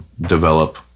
develop